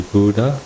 Buddha